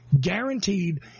guaranteed